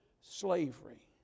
slavery